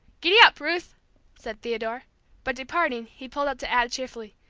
giddap, ruth! said theodore but departing, he pulled up to add cheerfully,